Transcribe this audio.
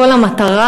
כל המטרה,